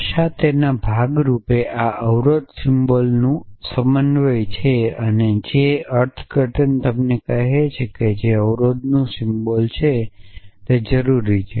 ભાષા તેના ભાગ રૂપે આ અવરોધ સિમ્બોલનું સમન્વય છે અને જે અર્થઘટન તમને કહે છે તે છે કે જે અવરોધનું સિમ્બોલ છે તે જરૂરી છે